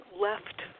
left